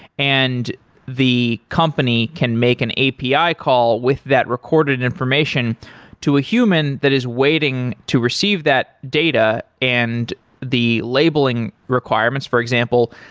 and the company can make an api call with that recorded information to a human that is waiting to receive that data and the labeling requirements, for example,